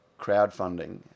crowdfunding